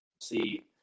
see